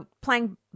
playing